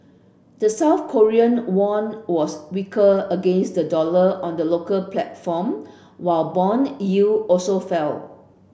the South Korean won was weaker against the dollar on the local platform while bond yield also fell